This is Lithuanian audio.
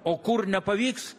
o kur nepavyks